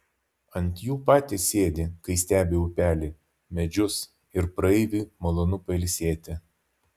ant jų patys sėdi kai stebi upelį medžius ir praeiviui malonu pailsėti